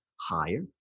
higher